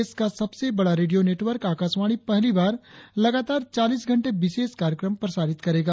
देश का सबसे बड़ा रेडियो नेटवर्क आकाशवाणी पहली बार लगातार चालीस घंटे विशेष कार्यक्रम प्रसारित करेगा